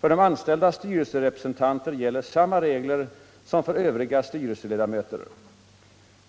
För de anställdas styrelserepresentanter gäller samma regler som för övriga styrelseledamöter.